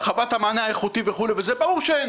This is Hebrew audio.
הרחבת המענה האיכותי ברור שאין.